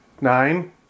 Nine